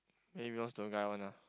maybe cause the guy one ah